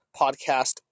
podcast